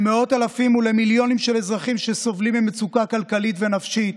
למאות אלפים ולמיליונים של אזרחים שסובלים ממצוקה כלכלית ונפשית,